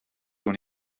toen